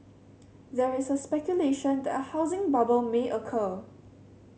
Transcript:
there is a speculation that a housing bubble may occur